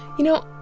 you know,